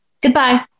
Goodbye